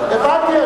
הבנתי,